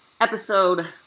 episode